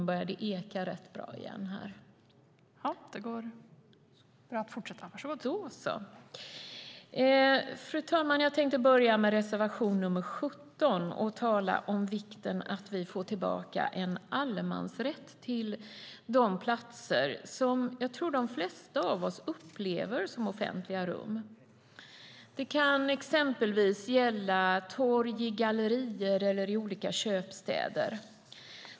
Fru talman! Jag tänkte börja med reservation nr 17 och tala om vikten av att vi får tillbaka en allemansrätt till de platser som jag tror att de flesta av oss upplever som offentliga rum. Det kan exempelvis gälla torg i gallerior eller i olika köpstäder.